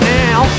now